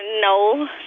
No